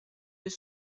deux